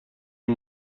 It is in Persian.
این